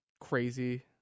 crazy